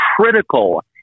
critical